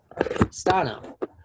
Stano